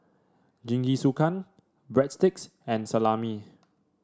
Jingisukan Breadsticks and Salami